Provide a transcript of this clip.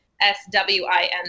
S-W-I-N